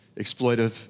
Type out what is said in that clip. exploitive